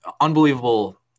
unbelievable